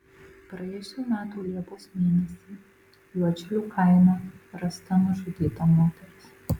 praėjusių metų liepos mėnesį juodšilių kaime rasta nužudyta moteris